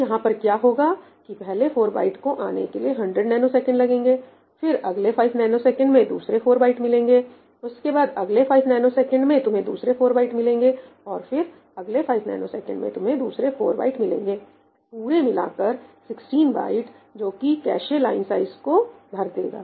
तो यहां पर क्या होगा कि पहले 4 बाइट को आने के लिए 100 ns लगेंगे फिर अगले 5 ns में दूसरे 4 बाइट मिलेंगे उसके बाद अगले 5 ns में तुम्हें दूसरे 4 बाइट मिलेंगे और फिर अगले 5 ns में तुम्हें दूसरे 4 बाइट मिलेंगे पूरे मिलाकर 16 बाइट जो कि कैशे लाइन को भर देगा